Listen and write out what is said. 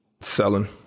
selling